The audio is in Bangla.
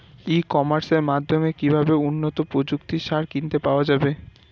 ই কমার্সের মাধ্যমে কিভাবে উন্নত প্রযুক্তির সার কিনতে পাওয়া যাবে?